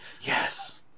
Yes